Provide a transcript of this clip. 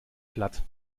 platt